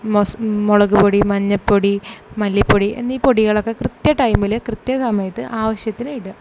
മസ് മുളക് പൊടി മഞ്ഞൾ പ്പൊടി മല്ലിപ്പൊടി എന്നീ പൊടികളക്ക കൃത്യ ടൈമിൽ കൃത്യ സമയത്ത് ആവശ്യത്തിന് ഇടുക